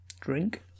drink